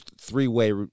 three-way